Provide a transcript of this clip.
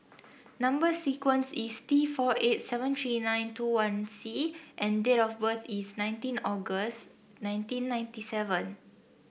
number sequence is T four eight seven three nine two one C and date of birth is nineteen August nineteen ninety seven